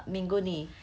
minggu ni